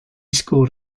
scored